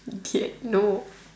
idiot no